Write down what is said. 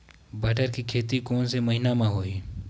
बटर के खेती कोन से महिना म होही?